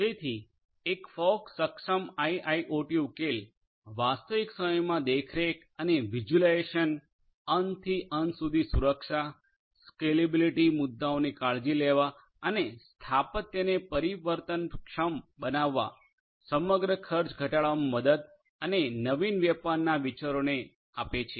તેથી એક ફોગ સક્ષમ આઇઆઇઓટી ઉકેલ વાસ્તવિક સમયમા દેખરેખ અને વિઝ્યુલાઇઝેશન અંત થી અંત સુધી સુરક્ષા સ્કેલેબિલીટી મુદ્દાઓની કાળજી લેવા અને સ્થાપત્યને પરિવર્તનક્ષમ બનાવવા સમગ્ર ખર્ચ ઘટાડવામાં મદદ અને નવીન વેપારના વિચારોને આપે છે